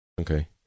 Okay